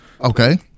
Okay